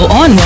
on